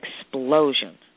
explosion